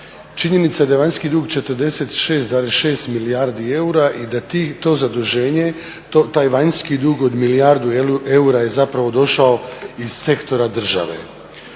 Činjenica da je vanjski dug 46,6 milijardi eura i da to zaduženje, taj vanjski dug od milijardu eura je zapravo došao iz sektora države.